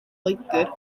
loegr